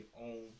own